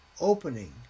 opening